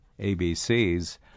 ABCs